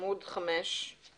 עמוד 5 למעלה.